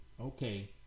okay